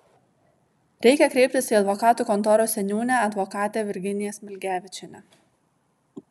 reikia kreiptis į advokatų kontoros seniūnę advokatę virginiją smilgevičienę